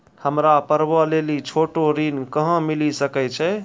हमरा पर्वो लेली छोटो ऋण कहां मिली सकै छै?